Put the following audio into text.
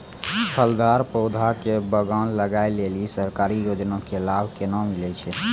फलदार पौधा के बगान लगाय लेली सरकारी योजना के लाभ केना मिलै छै?